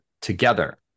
together